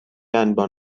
انبان